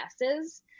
yeses